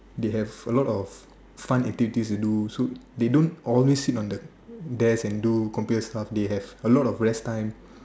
they have a lot of fun activities to do they don't always sit on the desk and do computer stuff they have a lot of rest time